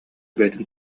бэйэтин